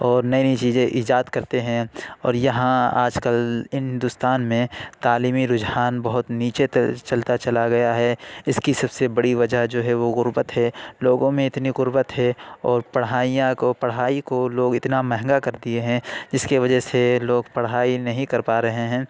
اور نئی نئی چیزیں ایجاد کرتے ہیں اور یہاں آج کل ہندوستان میں تعلیمی رجحان بہت نیچے چلتا چلا گیا ہے اِس کی سب سے بڑی وجہ جو ہے وہ غربت ہے لوگوں میں اتنی غربت ہے اور پڑھائیاں کو پڑھائی کو لوگ اتنا مہنگا کر دیے ہیں جس کے وجہ سے لوگ پڑھائی نہیں کر پا رہے ہیں